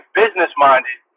business-minded